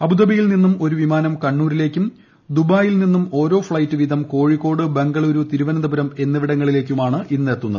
അബുദാബിയിൽ നിന്നും ഒരു വിമാനം കണ്ണൂരിലേക്കും ദുബായിൽ നിന്നും ഓരോ ഫ്ളൈറ്റ് വീതം കോഴിക്കോട് ബംഗളൂരു തിരുവനന്തപുരം എന്നിവിടങ്ങളിലേക്കുമാണ് ഇന്നെത്തുന്നത്